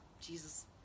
Jesus